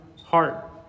heart